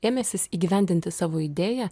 ėmęsis įgyvendinti savo idėją